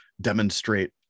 demonstrate